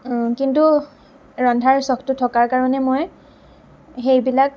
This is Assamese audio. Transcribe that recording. কিন্তু ৰন্ধাৰ চখটো থকাৰ কাৰণে মই সেইবিলাক